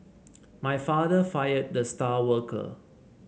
my father fired the star worker